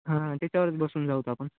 हां त्याच्यावरच बसून जाऊ आपण